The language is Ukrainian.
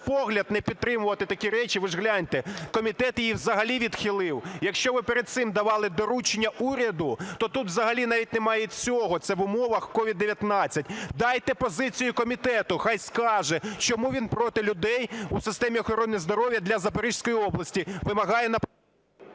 погляд, не підтримувати такі речі, ви ж гляньте, комітет її взагалі відхилив. Якщо ви перед цим давали доручення уряду, то тут взагалі навіть немає і цього, це в умовах COVID-19. Дайте позицію комітету, хай скаже, чому він проти людей у системі охорони здоров'я для Запорізької області. Вимагаю...